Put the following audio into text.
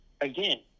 again